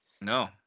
no